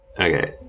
Okay